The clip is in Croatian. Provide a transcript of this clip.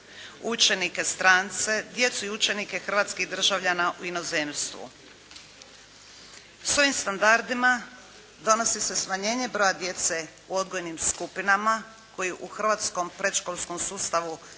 učenike strance, djecu i učenike hrvatskih državljana u inozemstvu. S ovim standardima donosi se smanjenje broja djece u odgojnim skupinama koji u hrvatskom predškolskom sustavu